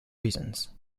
reasons